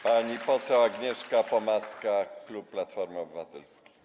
Pani poseł Agnieszka Pomaska, klub Platformy Obywatelskiej.